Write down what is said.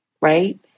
right